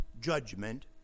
judgment